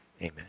amen